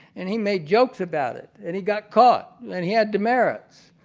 and he made jokes about it and he got caught and he had demerits.